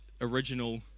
original